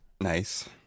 nice